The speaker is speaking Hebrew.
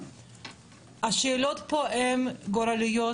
השאלות פה הם גורליות,